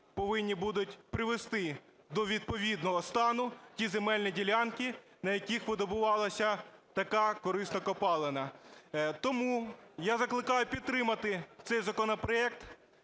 повинні будуть привести до відповідного стану ті земельні ділянки, на яких видобувалася така корисна копалина. Тому я закликаю підтримати цей законопроект.